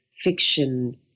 fiction